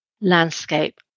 landscape